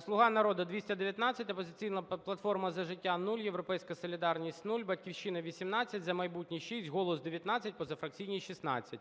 "Слуга народу" – 219, "Опозиційна платформа - За життя" – 0, "Європейська солідарність" – 0, "Батьківщина" – 18, "За майбутнє" – 6, "Голос" – 19, позафракційні – 16.